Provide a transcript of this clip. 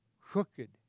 crooked